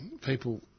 people